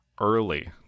early